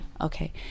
Okay